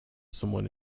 someone